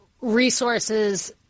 resources